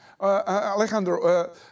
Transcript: Alejandro